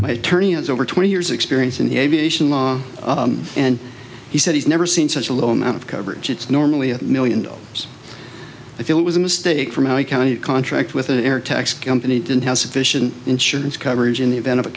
by attorney and over twenty years experience in the aviation law and he said he's never seen such a low amount of coverage it's normally a million dollars if it was a mistake for my county a contract with an air tax company didn't have sufficient insurance coverage in the event of a